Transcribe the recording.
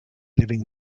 living